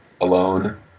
alone